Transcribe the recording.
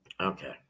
Okay